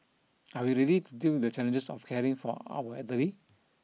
are we ready to deal with the challenges of caring for our elderly